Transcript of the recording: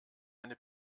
eine